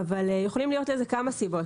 יכולות להיות לזה כמה סיבות.